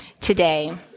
today